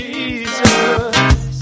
Jesus